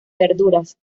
verduras